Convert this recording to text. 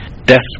Death